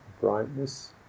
brightness